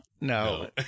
no